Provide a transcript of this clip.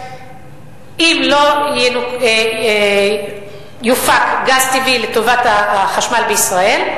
אם לא יופק גז טבעי לטובת החשמל בישראל,